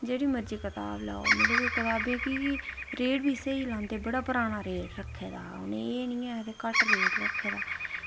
जेह्ड़ी मर्ज़ी कताब लैओ मतलब कताबै गी रेट च बी स्हेई लांदे बड़ा पराना रेट रक्खे दा उनें एह् निं ऐ की घट्ट रेट रक्खे दा